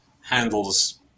handles